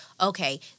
okay